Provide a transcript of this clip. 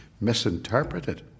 misinterpreted